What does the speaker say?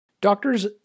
Doctors